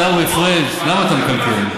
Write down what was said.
החוק, עיסאווי פריג', למה אתה מקלקל?